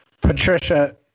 Patricia